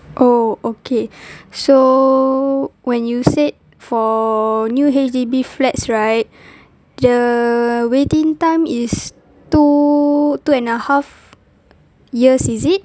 oh okay so when you said for for new H_D_B flats right the waiting time is two two and a half years is it